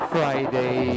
Friday